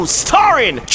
starring